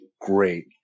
great